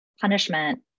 punishment